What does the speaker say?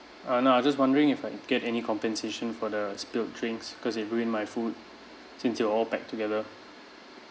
uh no I just wondering if I get any compensation for the spilled drinks cause it ruined my food since you all packed together